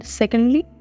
secondly